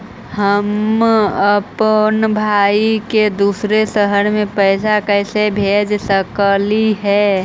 हम अप्पन भाई के दूसर शहर में पैसा कैसे भेज सकली हे?